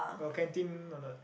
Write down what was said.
got canteen or not